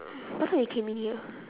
what time we came in here